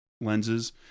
lenses